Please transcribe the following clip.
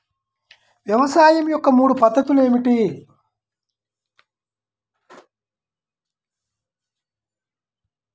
వ్యవసాయం యొక్క మూడు పద్ధతులు ఏమిటి?